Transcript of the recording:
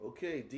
Okay